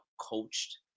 coached